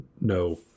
no